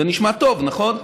זה נשמע טוב, נכון?